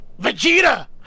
Vegeta